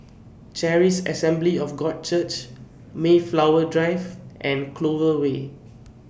Charis Assembly of God Church Mayflower Drive and Clover Way